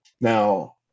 now